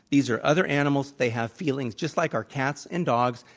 these are other animals. they have feelings just like our cats and dogs.